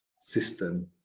system